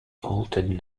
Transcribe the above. altered